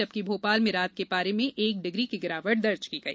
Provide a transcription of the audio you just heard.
जबकि भोपाल में रात के पारे में एक डिग्री की गिरावट दर्ज की गई